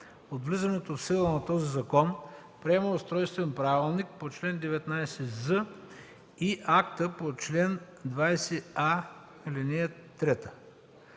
от влизането в сила на този закон приема устройствения правилник по чл. 19з и акта по чл. 20а, ал. 3.”